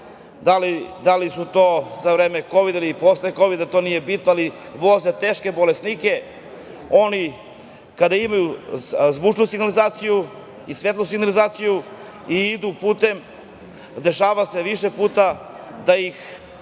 da li su to za vreme Kovida ili posle Kovida, to nije bitno, ali voze teške bolesnike, oni kada imaju zvučnu i svetlosnu signalizaciju i idu putem dešava se više puta da ih zaustave